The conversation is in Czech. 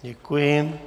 Děkuji.